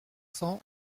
cents